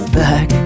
back